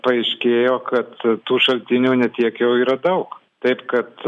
paaiškėjo kad tų šaltinių ne tiek jau yra daug taip kad